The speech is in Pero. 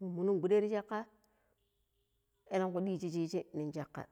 munun gboɗe ti shakka elekui diiji shiyigi nin shiyikka.